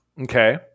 okay